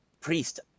priest